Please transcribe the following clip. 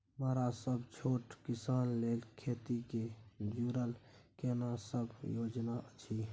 मरा सब छोट किसान लेल खेती से जुरल केना सब योजना अछि?